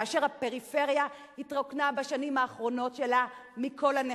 כאשר הפריפריה התרוקנה בשנים האחרונות שלה מכל הנכסים,